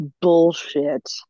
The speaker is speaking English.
bullshit